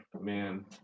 Man